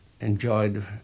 enjoyed